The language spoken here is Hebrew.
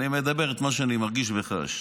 אני מדבר את מה שאני מרגיש וחש.